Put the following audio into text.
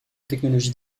technologies